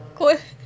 cold